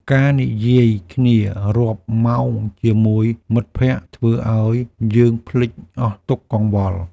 ការនិយាយគ្នារាប់ម៉ោងជាមួយមិត្តភក្តិ ធ្វើឱ្យយើងភ្លេចអស់ទុក្ខកង្វល់។